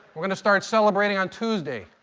we're going to start celebrating on tuesday.